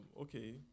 okay